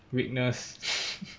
weakness